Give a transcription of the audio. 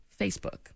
Facebook